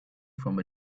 from